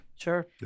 Sure